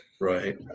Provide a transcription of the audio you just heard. Right